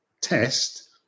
test